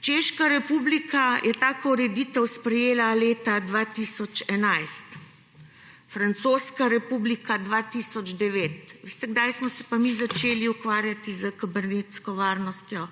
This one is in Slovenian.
Češka republika je tako ureditev sprejela leta 2011, Francoska republika 2009. Veste kdaj smo se pa mi začeli ukvarjati z kibernetsko varnostjo?